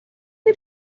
این